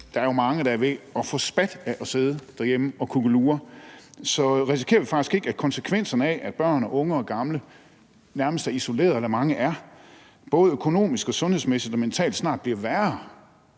Der er jo mange, der er ved at få spat af at sidde derhjemme og kukkelure, så risikerer vi ikke, at konsekvenserne af, at børn, unge og gamle er isoleret, både økonomisk, sundhedsmæssigt og mentalt, snarere bliver værre,